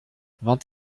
vingt